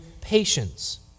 patience